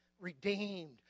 redeemed